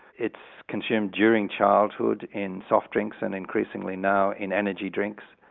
it's consumed during childhood in soft drinks and increasingly now in energy drinks.